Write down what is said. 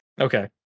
Okay